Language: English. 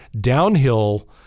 downhill